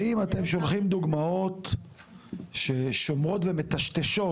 האם אתם שולחים דוגמאות ששומעות ומטשטשות